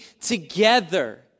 together